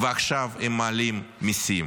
ועכשיו הם מעלים מיסים